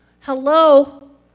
Hello